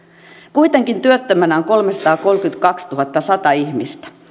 kuitenkin työttömänä on kolmesataakolmekymmentäkaksituhattasata ihmistä